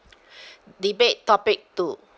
debate topic two